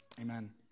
amen